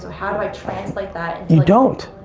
how do i translate that? you don't.